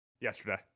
Yesterday